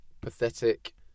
pathetic